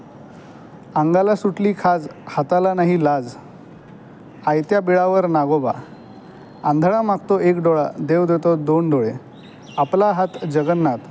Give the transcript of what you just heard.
अंगाला सुटली खाज हाताला नाही लाज आयत्या बिळावर नागोबा आंधळा मागतो एक डोळा देव देतो दोन डोळे आपला हात जगन्नाथ